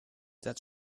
that